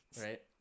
right